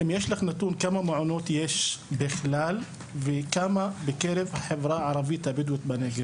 האם יש לך נתון כמה מעונות בכלל וכמה בקרב החברה הערבית הבדווית בנגב?